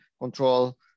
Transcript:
control